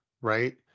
right